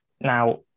Now